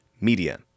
Media